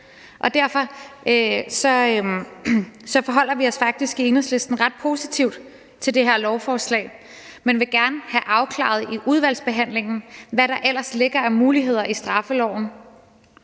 Derfor forholder vi os faktisk i Enhedslisten ret positivt til det her lovforslag, men vi vil gerne have afklaret i udvalgsbehandlingen, hvad der ellers ligger af muligheder i straffeloven